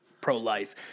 pro-life